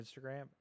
Instagram